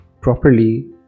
properly